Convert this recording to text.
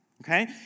Okay